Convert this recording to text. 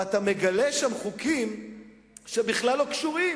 ואתה מגלה שם חוקים שבכלל לא קשורים.